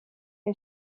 een